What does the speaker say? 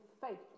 faith